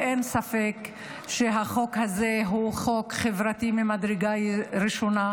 אין ספק שהחוק הזה הוא חוק חברתי ממדרגה ראשונה,